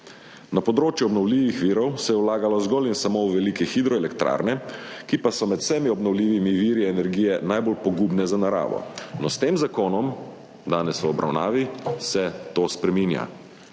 Na področju obnovljivih virov se je vlagalo zgolj in samo v velike hidroelektrarne, ki pa so med vsemi obnovljivimi viri energije najbolj pogubne za naravo. S tem danes obravnavanim zakonom se to spreminja.